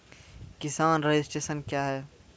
किसान रजिस्ट्रेशन क्या हैं?